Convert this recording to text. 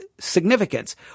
significance